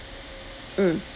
mm